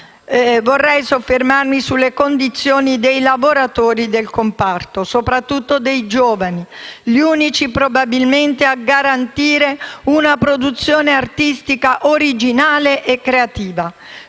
vorrei soffermarmi sulle condizioni dei lavoratori del comparto, soprattutto dei giovani, gli unici probabilmente a garantire una produzione artistica originale e creativa.